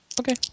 Okay